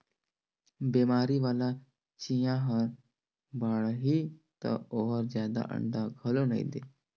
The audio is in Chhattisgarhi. बेमारी वाला चिंया हर बाड़ही त ओहर जादा अंडा घलो नई दे